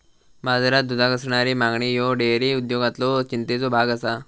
बाजारात दुधाक असणारी मागणी ह्यो डेअरी उद्योगातलो चिंतेचो भाग आसा